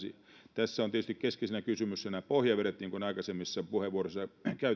tässä on tietysti keskeisenä kysymyksenä pohjavedet niin kuin aikaisemmissa puheenvuoroissa